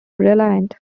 reliant